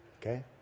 Okay